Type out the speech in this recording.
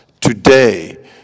today